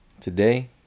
today